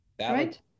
Right